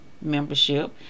membership